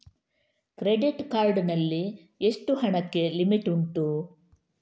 Credit card ನಲ್ಲಿ ಎಷ್ಟು ಹಣಕ್ಕೆ ಲಿಮಿಟ್ ಉಂಟು?